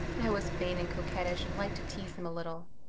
i was vain and coquettish and liked to tease him a little.